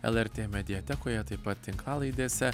lrt mediatekoje taip pat tinklalaidėse